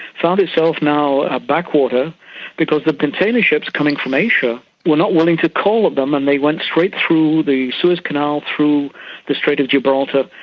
found itself now a backwater because the container ships coming from asia were not willing to call at ah them, and they went straight through the suez canal, through the strait of gibraltar,